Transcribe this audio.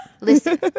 listen